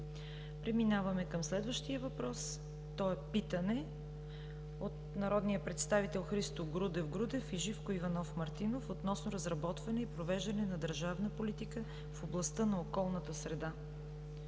Преминаваме към следващият въпрос. Той е питане от народния представител Христо Грудев Грудев и Живко Иванов Мартинов относно разработване и провеждане на държавна политика в областта на околната среда.